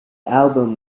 album